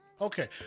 okay